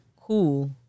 cool